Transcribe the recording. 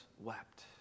wept